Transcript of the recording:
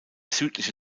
südliche